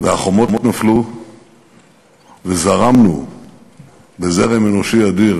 החומות נפלו וזרמנו בזרם אנושי אדיר